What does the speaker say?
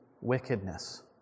wickedness